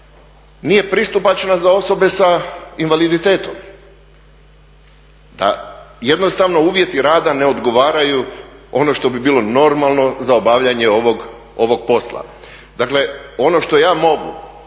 nije pristupačan za osobe sa invaliditetom, da jednostavno uvjeti rada ne odgovaraju ono što bi bilo normalno za obavljanje ovog posla. Dakle, ono što ja mogu,